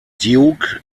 duke